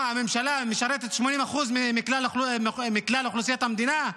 הממשלה משרתת 80% מכלל אוכלוסיית המדינה?